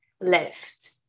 left